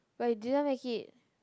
but you didn't make it